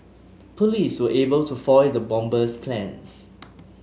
police were able to foil the bomber's plans